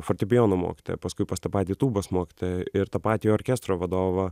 fortepijono mokytoją paskui pas tą patį tūbos mokytoją ir tą patį orkestro vadovą